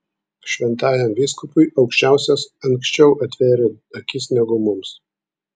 šventajam vyskupui aukščiausias anksčiau atvėrė akis negu mums